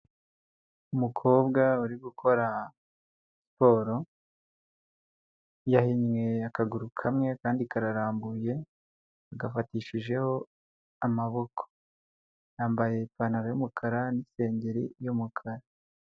Umukobwa uri gukora siporo, yahinye akaguru kamwe akandi kararambuye agafatishijeho amaboko, yambaye ipantaro y'umukara n'isengeri y'umukara.